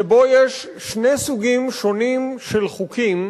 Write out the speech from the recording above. שבו יש שני סוגים שונים של חוקים,